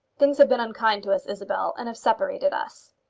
things have been unkind to us, isabel, and have separated us.